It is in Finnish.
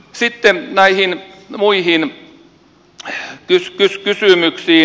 sitten näihin muihin kysymyksiin